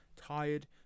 tired